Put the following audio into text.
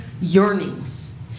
yearnings